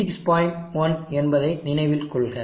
1 என்பதை நினைவில் கொள்க